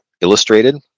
illustrated